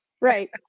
Right